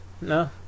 No